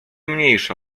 mniejsza